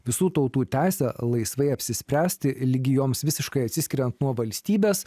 visų tautų teise laisvai apsispręsti ligi joms visiškai atsiskiriant nuo valstybės